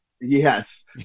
Yes